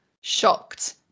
shocked